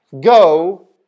Go